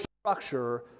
structure